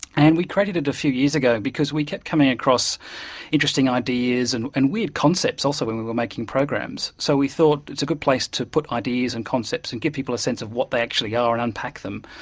and we created it a few years ago because we kept coming across interesting ideas and and weird concepts, also, when we were making programs. so we thought it was a good place to put ideas and concepts and give people a sense of what they actually ah are and unpack them.